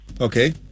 Okay